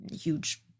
huge